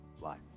life